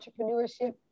entrepreneurship